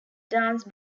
dance